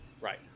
Right